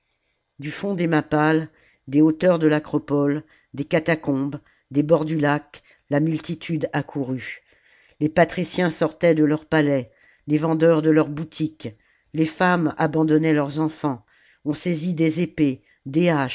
du fond des mappales des hauteurs de l'acropole des catacombes des bords du lac la multitude accourut les patriciens sortaient de leurs palais les vendeurs de leurs boutiques les femmes abandonnaient leurs enfants on saisit des épées des